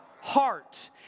heart